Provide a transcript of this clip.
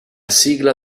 sigla